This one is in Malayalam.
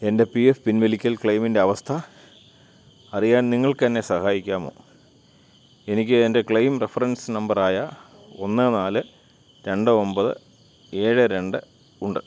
എൻ്റെ പി എഫ് പിൻവലിക്കൽ ക്ലെയിമിൻ്റെ അവസ്ഥ അറിയാൻ നിങ്ങൾക്കെന്നെ സഹായിക്കാമോ എനിക്ക് എൻ്റെ ക്ലെയിം റഫറൻസ് നമ്പറായ ഒന്ന് നാല് രണ്ട് ഒമ്പത് ഏഴ് രണ്ട് ഉണ്ട്